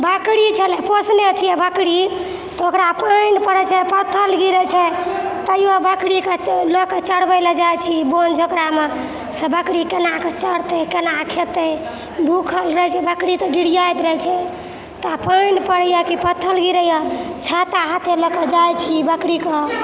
बकरी छलै पोसने छियै बकरी तऽ ओकरा पानि पड़ै छै पत्थल गिरै छै तयो बकरी कऽ च लोक के चड़बै लेल जाइ छी बोनि से बकरी केना कऽ चड़तै केना कऽ खेतै भूखल रहै छै बकरी तऽ डिरियाइत रहै छै तऽ पानि पड़ैए कि पत्थल गिरैए छाता हाथे लऽ कऽ जाइ छी बकरी कऽ